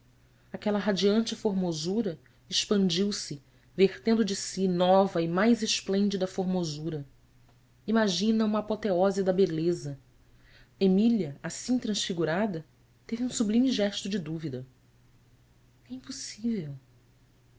formosura expandiu se vertendo de si nova e mais esplêndida formosura imagina uma apoteose da beleza emília assim transfigurada teve um sublime gesto de dúvida é impossível